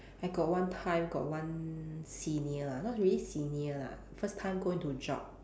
I got one time got one senior ah not really senior lah first time go into job